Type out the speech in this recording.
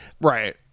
right